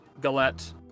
Galette